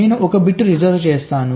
నేను ఒక bit reserve చేసాను